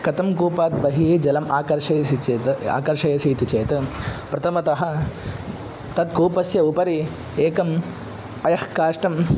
कथं कूपात् बहिः जलम् आकर्षयसि चेत् आकर्षयसि इति चेत् प्रथमतः तत् कूपस्य उपरि एकं अयः काष्टं